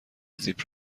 زیپ